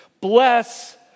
Bless